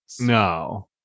No